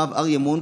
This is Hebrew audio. הרב אריה מונק,